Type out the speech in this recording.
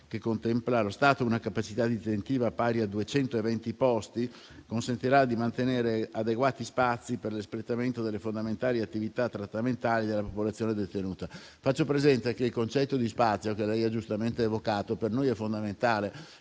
che contempla allo stato una capacità detentiva pari a 220 posti, consentirà di mantenere adeguati spazi per l'espletamento delle fondamentali attività trattamentali della popolazione detenuta. Faccio presente che il concetto di spazio che lei ha giustamente evocato per noi è fondamentale.